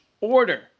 order